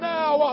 now